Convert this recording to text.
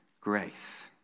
grace